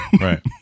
right